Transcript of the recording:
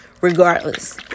regardless